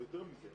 אבל יותר מזה,